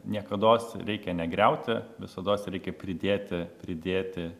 niekados reikia negriauti visados reikia pridėti pridėti